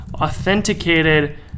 authenticated